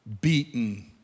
beaten